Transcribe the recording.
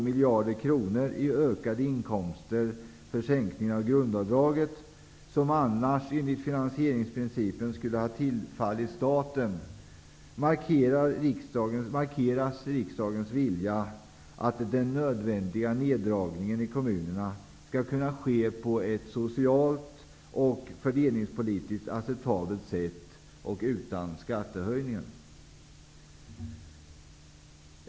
miljarder kronor i ökade inkomster för sänkningen av grundavdraget, som annars enlig finansieringsprincipen skulle ha tillfallit staten, markeras riksdagens vilja att den nödvändiga neddragningen i kommunerna skall kunna ske på ett socialt och fördelningspolitiskt acceptabelt sätt och utan skattehöjningar.